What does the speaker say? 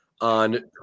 on